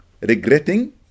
Regretting